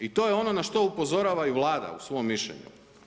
I to je ono na što upozorava i Vlada u svom mišljenju.